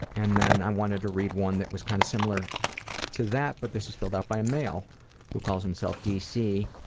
and then i wanted to read one that was kind of similar to that but this is filled out by a male who calls himself dc,